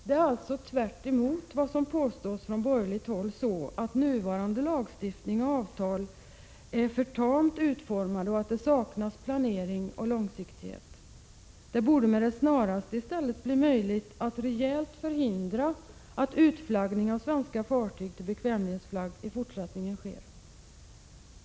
Det är alltså tvärtemot vad som påstås från borgerligt håll så att nuvarande lagstiftning och avtal är för tamt utformade och att det saknas planering och långsiktighet. Det borde med det snaraste i stället bli möjligt att rejält förhindra att utflaggning av svenska fartyg till bekvämlighetsflagg i fortsättningen sker.